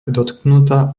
dotknutá